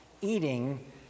eating